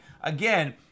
Again